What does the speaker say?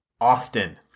often